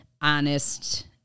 honest